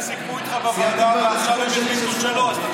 הם סיכמו איתך בוועדה ועכשיו הם החליטו שלא,